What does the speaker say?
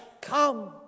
come